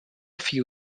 few